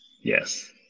Yes